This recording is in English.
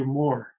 more